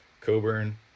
Coburn